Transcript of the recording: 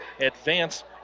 advance